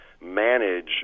manage